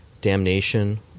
Damnation